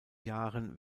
jahren